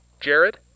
Jared